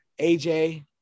AJ